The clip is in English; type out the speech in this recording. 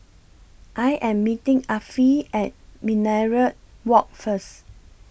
I Am meeting Affie At Minaret Walk First